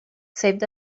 saved